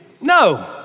No